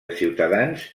ciutadans